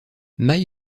mai